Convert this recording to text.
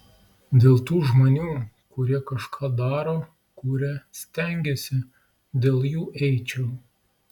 dėl tų žmonių kurie kažką daro kuria stengiasi dėl jų eičiau